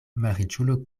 malriĉulo